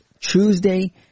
Tuesday